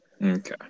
okay